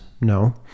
No